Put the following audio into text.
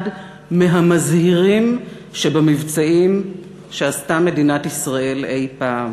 מהמזהירים שבמבצעים שעשתה מדינת ישראל אי-פעם